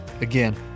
Again